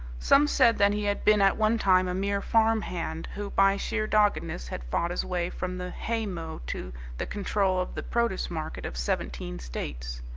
some said that he had been at one time a mere farm hand who, by sheer doggedness, had fought his way from the hay-mow to the control of the produce market of seventeen states.